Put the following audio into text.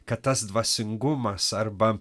kad tas dvasingumas arba